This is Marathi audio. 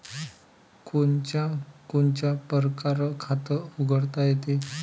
कोनच्या कोनच्या परकारं खात उघडता येते?